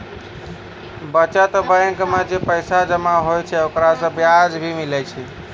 बचत बैंक मे जे पैसा जमा होय छै ओकरा से बियाज भी मिलै छै